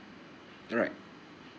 alright